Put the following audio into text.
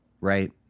Right